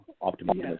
optimism